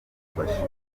lubumbashi